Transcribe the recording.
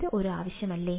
അത് ഒരു ആവശ്യമല്ലേ